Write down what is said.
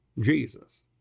Jesus